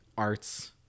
Arts